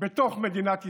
בתוך מדינת ישראל.